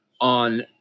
on